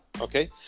Okay